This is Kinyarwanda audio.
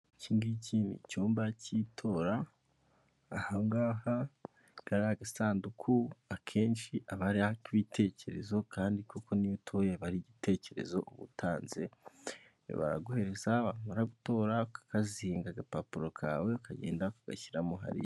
Iki ngiki ni icyumba cy'itora. Aha ngaha, kariya gasanduku akenshi aba ari ak'ibitekerezo, kandi koko n'iyo utoya aba ari igitekerezo ubu utanze. Baraguhereza wamara gutora, ukakazinga agapapuro kawe, ukagenda ugashyiramo hariya.